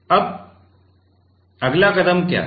अब अगला कदम क्या है